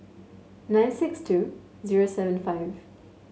nine six two zero seven five